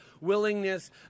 willingness